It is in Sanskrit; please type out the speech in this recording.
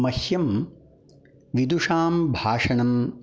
मह्यं विदूषां भाषणम्